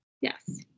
yes